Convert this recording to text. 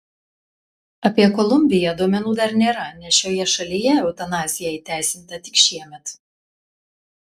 apie kolumbiją duomenų dar nėra nes šioje šalyje eutanazija įteisinta tik šiemet